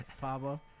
Pablo